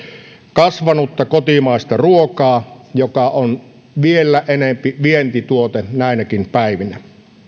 kasvanutta kotimaista ruokaa joka on vielä enempi vientituote näinäkin päivinä